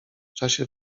czasie